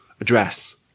address